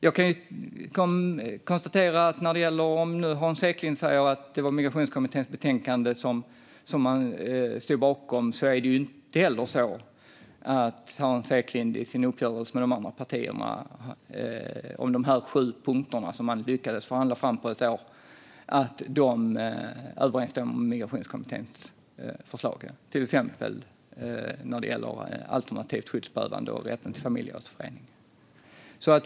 Hans Eklind säger att man stod bakom Migrationskommitténs betänkande, men det är ju inte så att Hans Eklinds uppgörelse med de andra partierna om de sju punkter som man lyckades förhandla fram på ett år överensstämmer med Migrationskommitténs förslag, till exempel när det gäller alternativt skyddsbehövande och rätten till familjeåterförening.